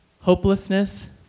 hopelessness